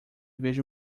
vejo